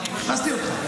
חיפשתי אותך.